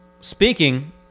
Speaking